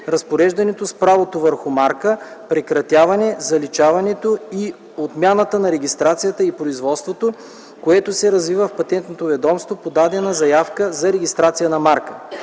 разпореждането с правото върху марка, прекратяване, заличаването и отмяната на регистрацията и производството, което се развива в Патентното ведомство по дадена заявка за регистрация на марка.